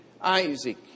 Isaac